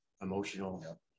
emotional